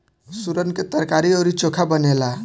सुरन के तरकारी अउरी चोखा बनेला